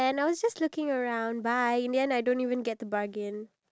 but that's not something that you did towards me